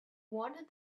wanted